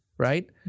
Right